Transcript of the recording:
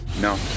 No